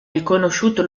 riconosciuto